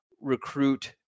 recruit